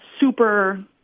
super